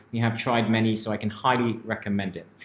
we have tried many so i can highly recommend it.